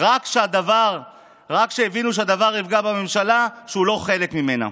רק כשהבין שהדבר יפגע בממשלה שהוא לא חלק ממנה.